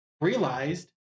realized